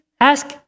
Ask